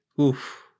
Oof